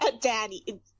Daddy